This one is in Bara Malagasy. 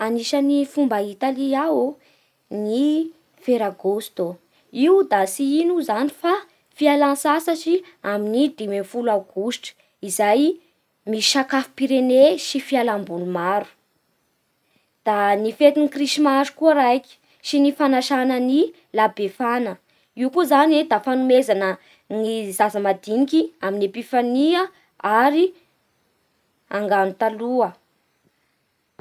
Anisan'ny fomba a Italia aô ny ferragosto. Io da tsy ino zany fa fialan-tsasatry amin'ny dimy ambin'ny folo aogositra izay misy sakafom-pirene sy fialamboly maro. Da ny fetin'ny krismasy koa raiky sy ny fanasàna ny la befana. Io koa zany e da fanomezana ny zaza madiniky amin'ny mpifania ary angano taloha.